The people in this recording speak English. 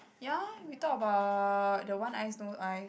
ya we talked about the one ice no ice